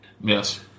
Yes